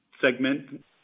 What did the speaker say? segment